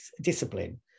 discipline